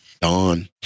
Dawn